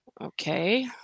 Okay